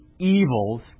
evils